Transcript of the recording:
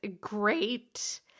great